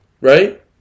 right